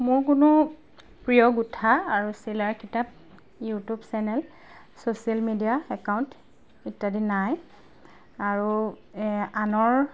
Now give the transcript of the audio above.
মোৰ কোনো প্ৰিয় গোঠা আৰু চিলাইৰ কিতাপ YouTube channel social media account ইত্যাদি নাই আৰু আনৰ